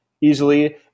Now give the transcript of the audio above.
easily